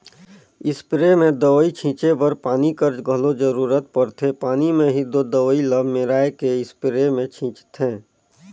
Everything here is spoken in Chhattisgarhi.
इस्पेयर में दवई छींचे बर पानी कर घलो जरूरत परथे पानी में ही दो दवई ल मेराए के इस्परे मे छींचथें